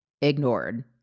ignored